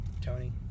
Tony